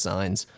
Signs